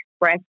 express